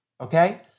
okay